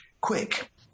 quick